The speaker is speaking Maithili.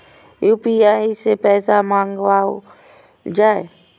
यू.पी.आई सै पैसा मंगाउल जाय?